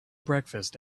breakfast